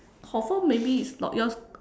confirm maybe it's not your